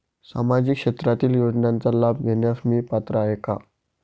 सामाजिक क्षेत्रातील योजनांचा लाभ घेण्यास मी पात्र आहे का?